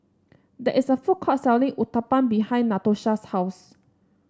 there is a food court selling Uthapam behind Natosha's house